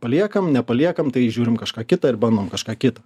paliekam nepaliekam tai žiūrim kažką kitą ir bandom kažką kitą